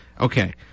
Okay